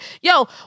Yo